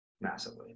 massively